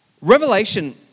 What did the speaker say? Revelation